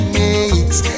makes